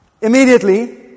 immediately